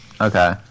Okay